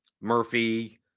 Murphy